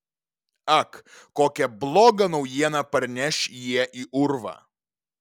ak kokią blogą naujieną parneš jie į urvą